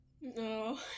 No